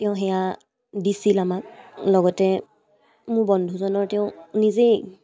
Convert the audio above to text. তেওঁ সেয়া দিছিল আমাক লগতে মোৰ বন্ধুজনৰ তেওঁ নিজেই